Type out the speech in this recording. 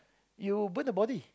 you burn the body